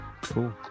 cool